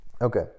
okay